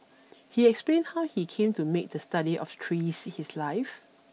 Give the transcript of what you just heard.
he explained how he came to make the study of trees his life